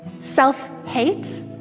self-hate